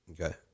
Okay